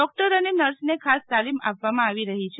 doctor અને નર્સને ખાસ તાલીમ આપવામાં આવી રહી છે